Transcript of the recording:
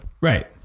Right